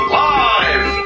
live